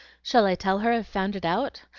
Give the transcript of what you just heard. shall i tell her i've found it out?